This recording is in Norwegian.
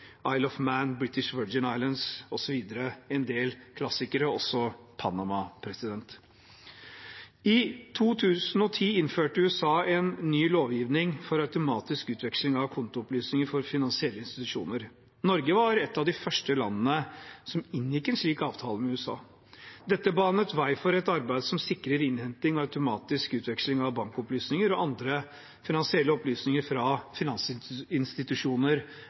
of Man, de britiske Jomfruøyene – en del klassikere – og så Panama. I 2010 innførte USA en ny lovgivning for automatisk utveksling av kontoopplysninger for finansielle institusjoner. Norge var et av de første landene som inngikk en slik avtale med USA. Dette banet vei for et arbeid som sikrer innhenting og automatisk utveksling av bankopplysninger og andre finansielle opplysninger fra